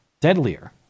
deadlier